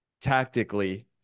tactically